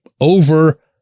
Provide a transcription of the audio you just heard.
over